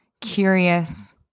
curious